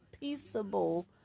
peaceable